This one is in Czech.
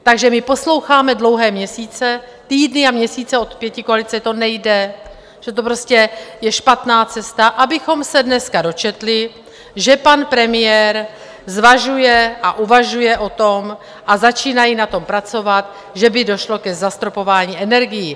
Takže my posloucháme dlouhé měsíce, týdny a měsíce od pětikoalice, že to nejde, že to prostě je špatná cesta, abychom se dneska dočetli, že pan premiér zvažuje a uvažuje o tom a začínají na tom pracovat, že by došlo k zastropování energií.